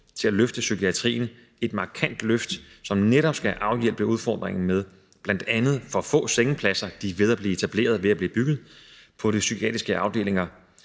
til at løfte psykiatrien. Det er et markant løft, som netop skal afhjælpe udfordringen med bl.a. for få sengepladser – de er ved at blive etableret, de er ved at blive bygget – på de psykiatriske afdelinger.